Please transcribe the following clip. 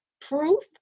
proof